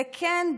וכן,